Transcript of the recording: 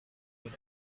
good